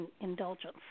indulgence